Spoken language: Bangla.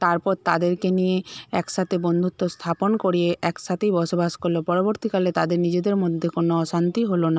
তারপর তাদেরকে নিয়ে একসাথে বন্ধুত্ব স্থাপন করিয়ে একসাথেই বসবাস করল পরবর্তীকালে তাদের নিজেদের মধ্যে কোনো অশান্তি হল না